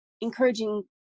encouraging